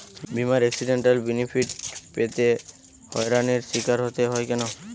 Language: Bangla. বিমার এক্সিডেন্টাল বেনিফিট পেতে হয়রানির স্বীকার হতে হয় কেন?